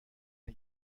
طرف